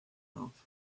off